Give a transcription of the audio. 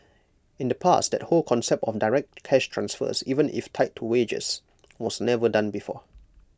in the past that whole concept of direct cash transfers even if tied to wages was never done before